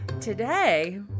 Today